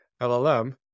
LLM